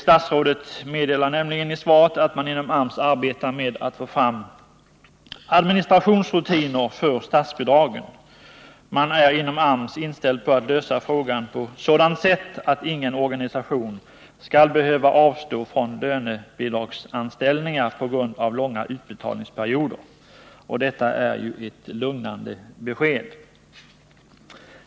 Statsrådet meddelar i svaret att man inom AMS arbetar med att få fram administrationsrutiner för statsbidragen. Man är inom AMS inställd på att lösa frågan på sådant sätt att ingen organisation skall behöva avstå från lönebidragsanställningar på grund av långa utbetalningsperioder. Det är ju ett lugnande besked.